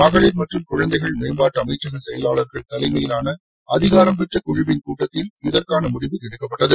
மகளிர் மற்றும் குழந்தைகள் மேம்பாட்டு அமைச்சக செயலாளர்கள் தலைமையிலான அதிகாரம் பெற்ற குழுவின் கூட்டத்தின் இதற்கான முடிவு எடுக்கப்பட்டது